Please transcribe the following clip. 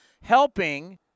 helping